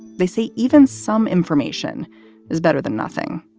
they say even some information is better than nothing